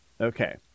Okay